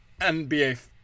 NBA